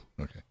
Okay